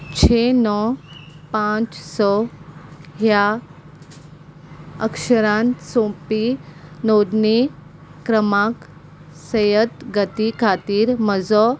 स णव पांच स ह्या अक्षरांत सोंपपी नोंदणी क्रमांक सयत गती खातीर म्हजो